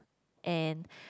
and